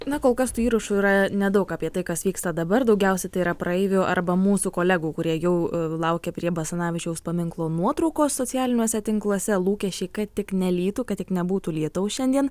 na kol kas tų įrašų yra nedaug apie tai kas vyksta dabar daugiausia tai yra praeivių arba mūsų kolegų kurie jau laukia prie basanavičiaus paminklo nuotraukos socialiniuose tinkluose lūkesčiai kad tik nelytų kad tik nebūtų lietaus šiandien